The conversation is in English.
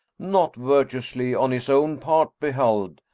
not virtuously on his own part beheld,